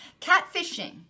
Catfishing